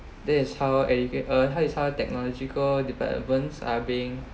that is how educate uh how is how technological developments are being